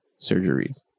surgeries